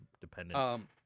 dependent